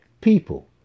people